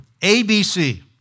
ABC